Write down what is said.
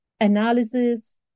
analysis